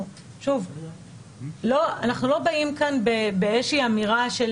אנחנו לא באים כאן באיזה שהיא אמירה של